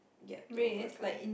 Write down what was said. gap to overcome